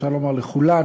אפשר לומר לכולן,